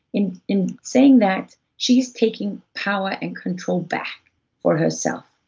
in in saying that, she's taking power and control back for herself.